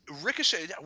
Ricochet